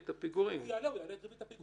אם הוא יעלה, הוא יעלה את ריבית הפיגורים.